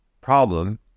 problem